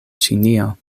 ĉinio